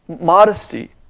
modesty